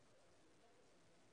אתה יודע מזה משהו?